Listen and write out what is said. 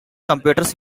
computers